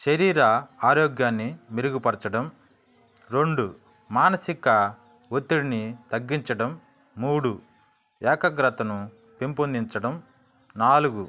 శరీర ఆరోగ్యాన్ని మెరుగుపరచడం రెండు మానసిక ఒత్తిడిని తగ్గించడం మూడు ఏకాగ్రతను పెంపొందించడం నాలుగు